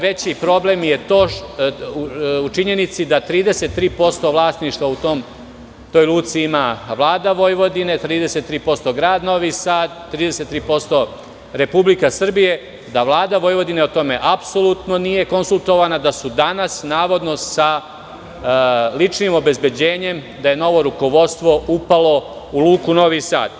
Veći problem je u činjenici da 33% vlasništva u toj Luci ima Vlada Vojvodine, 33% grad Novi Sad, 33% Republika Srbija, a da Vlada Vojvodine o tome apsolutno nije konsultovana i da je danas, navodno sa ličnim obezbeđenjem, novo rukovodstvo upalo u Luku Novi Sad.